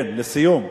כן, לסיום.